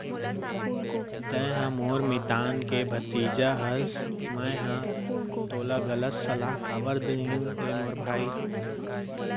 तैंहर मोर मितान के भतीजा हस मैंहर तोला गलत सलाव काबर दुहूँ रे भई